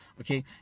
okay